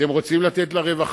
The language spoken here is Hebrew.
אתם רוצים לרווחה?